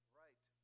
right